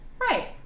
Right